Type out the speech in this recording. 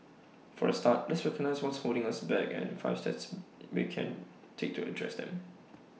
for A start let's recognise what's holding us back and the five steps we can take to address them